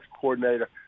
coordinator